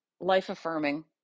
life-affirming